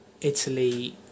Italy